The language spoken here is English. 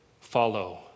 follow